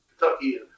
Kentucky